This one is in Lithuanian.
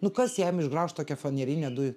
nukas jam išgraužt tokią fanerinę du